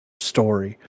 story